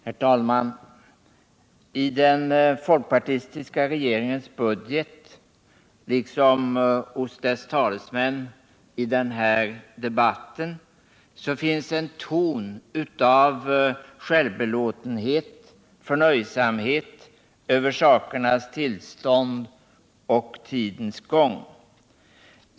Herr talman! I den folkpartistiska regeringens budget liksom hos dess talesmän i den här debatten finns en ton av självbelåtenhet och förnöjsamhet över sakernas tillstånd och tidens gång.